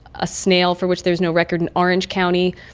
a snail for which there is no record in orange county,